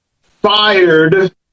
fired